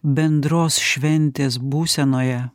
bendros šventės būsenoje